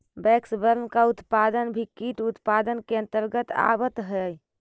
waxworm का उत्पादन भी कीट उत्पादन के अंतर्गत आवत है